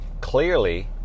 clearly